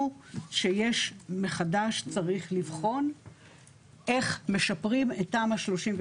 שיש מחדש צריך לבחון איך משפרים את תמ"א 38,